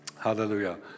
Hallelujah